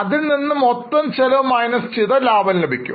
minus മൊത്തം ചെലവ് ചെയ്താൽ നിങ്ങൾക്ക് ലാഭം ലഭിക്കുന്നു